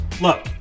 Look